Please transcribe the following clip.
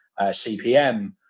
CPM